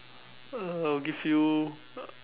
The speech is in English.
I'll give you